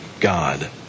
God